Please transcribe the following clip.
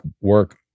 work